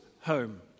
home